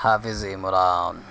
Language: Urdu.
حافظ عمران